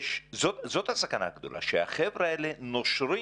זאת הסכנה הגדולה, שהחבר'ה האלה נושרים.